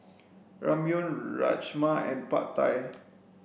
Ramyeon Rajma and Pad Thai